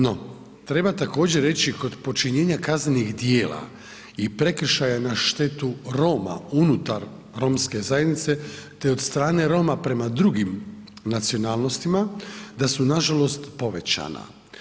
No, treba također reći kod počinjenja kaznenih dijela i prekršaja na štetu Roma unutar romske zajednice, te od strane Roma prema drugim nacionalnostima, da su nažalost povećana.